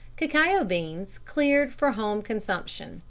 cacao beans cleared for home consumption.